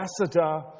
ambassador